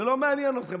זה לא מעניין אתכם.